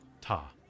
ta